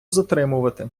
затримувати